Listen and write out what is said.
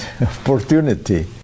opportunity